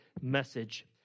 message